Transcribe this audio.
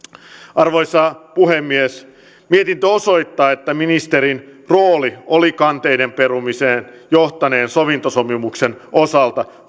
arvoisa puhemies mietintö osoittaa että ministerin rooli oli kanteiden perumiseen johtaneen sovintosopimuksen osalta